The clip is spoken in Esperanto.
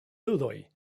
ludoj